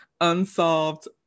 unsolved